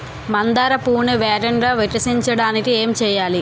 మందార పువ్వును వేగంగా వికసించడానికి ఏం చేయాలి?